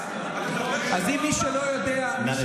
אין לך